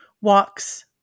walks